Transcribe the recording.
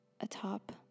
atop